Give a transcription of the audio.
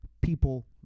People